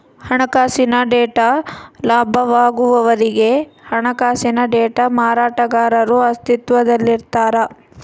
ಹಣಕಾಸಿನ ಡೇಟಾ ಲಭ್ಯವಾಗುವವರೆಗೆ ಹಣಕಾಸಿನ ಡೇಟಾ ಮಾರಾಟಗಾರರು ಅಸ್ತಿತ್ವದಲ್ಲಿರ್ತಾರ